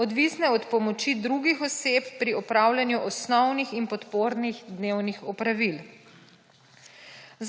odvisne od pomoči drugih oseb pri opravljanju osnovnih in podpornih dnevnih opravil.